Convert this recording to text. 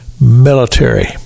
military